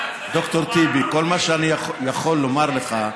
ד"ר טיבי, כל מה שאני יכול לומר לך,